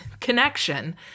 connection